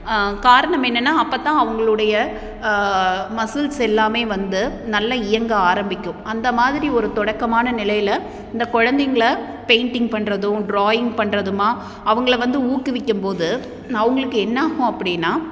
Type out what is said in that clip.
காரணம் என்னன்னா அப்போ தான் அவங்களோடைய மசுல்ஸ் எல்லாம் வந்து நல்ல இயங்க ஆரம்பிக்கும் அந்த மாதிரி ஒரு தொடக்கமான நிலையில் இந்த குழந்தைங்கள பெயிண்டிங் பண்ணுறதும் ட்ராயிங் பண்ணுறதுமா அவங்கள வந்து ஊக்குவிக்கும் போது அவங்களுக்கு என்னாகும் அப்படினா